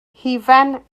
hufen